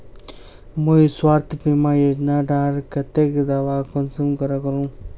मुई स्वास्थ्य बीमा योजना डार केते दावा कुंसम करे करूम?